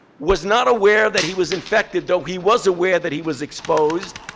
was not aware that he was infected, though he was aware that he was exposed,